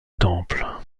temple